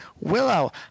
Willow